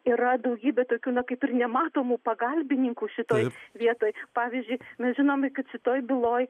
yra daugybė tokių na kaip ir nematomų pagalbininkų šitoj vietoj pavyzdžiui mes žinome kad šitoj byloj